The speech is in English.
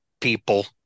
people